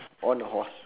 on the horse